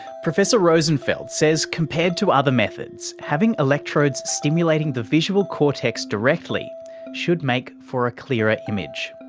professor rosenfeld says compared to other methods, having electrodes stimulating the visual cortex directly should make for a clearer image.